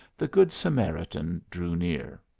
the good samaritan drew near.